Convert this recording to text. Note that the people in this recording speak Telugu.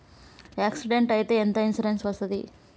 యాక్సిడెంట్ అయితే ఎంత ఇన్సూరెన్స్ వస్తది?